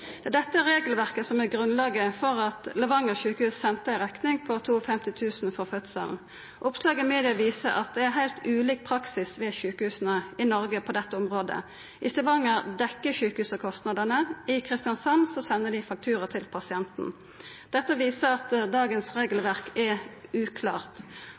Det er dette regelverket som er grunnlaget for at Sykehuset Levanger sende ei rekning på 52 000 kr for fødselen. Oppslag i media viser at det er heilt ulik praksis ved sjukehusa i Noreg på dette området. I Stavanger dekkjer sjukehuset kostnadene, i Kristiansand sender ein faktura til pasienten. Dette viser at dagens regelverk er uklart.